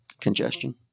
congestion